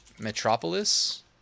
Metropolis